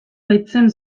baitzen